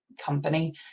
company